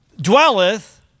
dwelleth